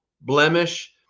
blemish